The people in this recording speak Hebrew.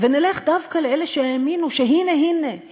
ונלך דווקא לאלה שהאמינו שהנה-הנה-הנה